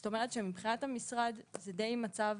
זאת אומרת, מבחינת המשרד זה מצב